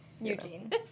Eugene